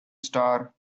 star